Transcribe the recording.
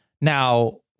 Now